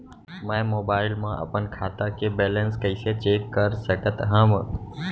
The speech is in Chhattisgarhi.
मैं मोबाइल मा अपन खाता के बैलेन्स कइसे चेक कर सकत हव?